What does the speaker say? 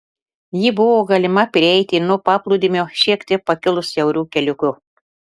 jį buvo galima prieiti nuo paplūdimio šiek tiek pakilus siauru keliuku